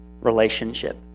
relationship